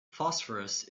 phosphorus